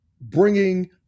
bringing